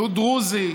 מיעוט דרוזי,